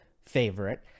favorite